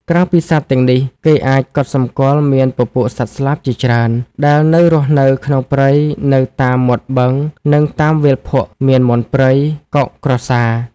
ក្រៅពីសត្វទាំងនេះ គេះអាចកត់សម្គាល់មានពពួកសត្វស្លាបជាច្រើន ដែលនៅរស់នៅក្នុងព្រៃនៅតាមមាត់បឹង នឹងតាមវាលភក់ មានមាន់ព្រៃ កុក ក្រសារ។